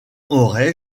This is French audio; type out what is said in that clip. aurais